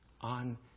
on